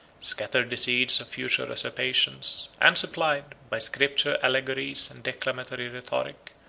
scattered the seeds of future usurpations, and supplied, by scripture allegories and declamatory rhetoric,